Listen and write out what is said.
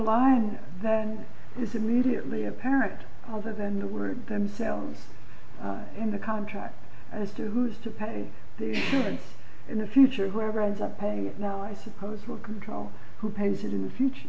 line than is immediately apparent other than the word themselves in the contract as to who's to pay the rent in the future whoever ends up paying it now i suppose will control who patients in the future